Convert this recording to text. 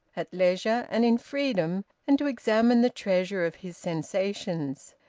at leisure and in freedom, and to examine the treasure of his sensations.